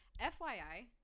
FYI